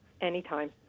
Anytime